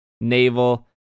navel